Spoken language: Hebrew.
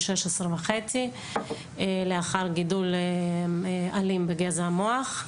16 וחצי לאחר גידול אלים בגזע המוח.